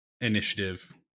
initiative